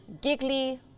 giggly